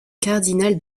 cardinal